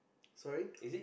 sorry